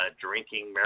drinking